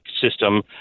system